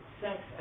sex